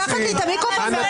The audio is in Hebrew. לקחת לי את המיקרופון מהפה?